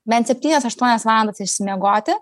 bent septynias aštuonias valandas išsimiegoti